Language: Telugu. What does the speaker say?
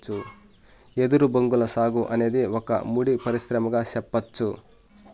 ఎదురు బొంగుల సాగు అనేది ఒక ముడి పరిశ్రమగా సెప్పచ్చు